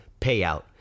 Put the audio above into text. payout